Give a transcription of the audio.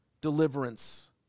deliverance